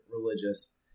Religious